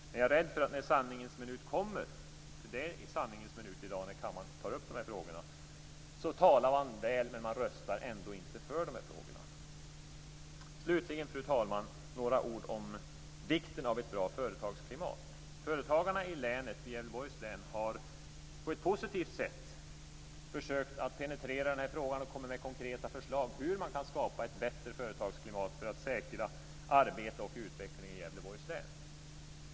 Men jag är rädd för att man när sanningens minut kommer - och det är sanningens minut i dag när kammaren tar upp de här frågorna - ändå inte röstar för de här frågorna. Slutligen, fru talman, vill jag säga några ord om vikten av ett bra företagsklimat. Företagarna i länet, Gävleborgs län, har på ett positivt sätt försökt att penetrera den här frågan och komma med konkreta förslag om hur man kan skapa ett bättre företagsklimat för att säkra arbete och utveckling i Gävleborgs län.